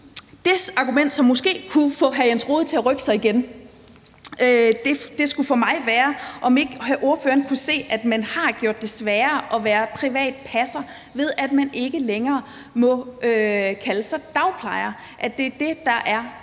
Det argument, som måske kunne få hr. Jens Rohde til at rykke sig igen, skulle for mig være, om ikke ordføreren kunne se, at man har gjort det sværere at være privat passer, ved at man ikke længere må kalde sig dagplejer, altså at det er det,